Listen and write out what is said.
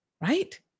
right